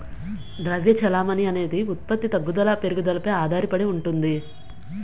ద్రవ్య చెలామణి అనేది ఉత్పత్తి తగ్గుదల పెరుగుదలపై ఆధారడి ఉంటుంది